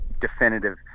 definitive